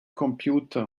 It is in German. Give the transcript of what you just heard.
computer